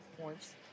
points